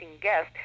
guest